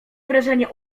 wrażenie